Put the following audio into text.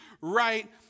right